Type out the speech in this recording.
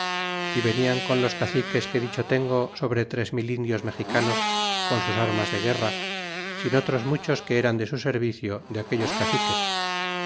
y venian con los caciques que dicho tengo sobre tres mil indios mexicanos con sus armas de guerra sin otros muchos que eran de su servicio de aquellos caciques